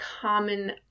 common